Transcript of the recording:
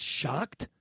shocked